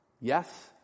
Yes